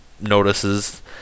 notices